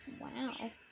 Wow